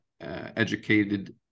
educated